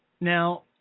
Now